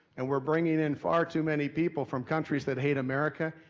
and we're bringing in far too many people from countries that hate america,